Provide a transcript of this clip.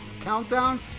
Countdown